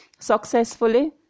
successfully